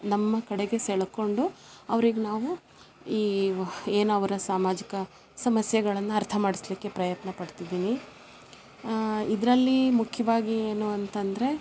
ನಮ್ಮ ಕಡೆಗೆ ಸೆಳ್ಕೊಂಡು ಅವ್ರಿಗೆ ನಾವು ಈವ್ ಏನವರ ಸಾಮಾಜಿಕ ಸಮಸ್ಯೆಗಳನ್ನ ಅರ್ಥ ಮಾಡಸಲಿಕ್ಕೆ ಪ್ರಯತ್ನ ಪಡ್ತಿದ್ದೀನಿ ಇದರಲ್ಲಿ ಮುಖ್ಯವಾಗಿ ಏನು ಅಂತಂದರೆ